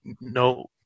no –